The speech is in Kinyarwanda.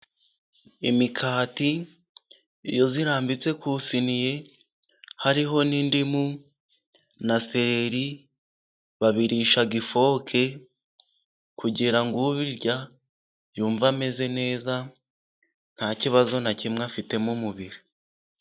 Imikati irambitse ku isiniye hariho n'indimu na sereri, babirisha ifoke kugira ngo ubirya yumve ameze neza nta kibazo na kimwe afite mu mubiri.